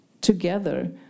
together